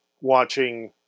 watching